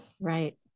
right